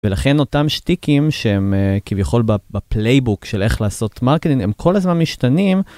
ולכן אותם שטיקים שהם כביכול בפלייבוק של איך לעשות מרקטינג הם כל הזמן משתנים.